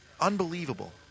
Unbelievable